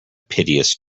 piteous